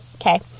Okay